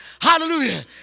Hallelujah